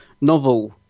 novel